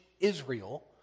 Israel